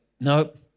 nope